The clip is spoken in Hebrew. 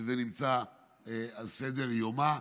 שזה נמצא על סדר-יומה.